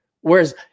whereas